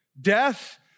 Death